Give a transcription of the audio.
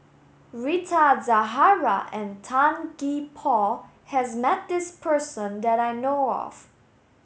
Rita Zahara and Tan Gee Paw has met this person that I know of